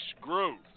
growth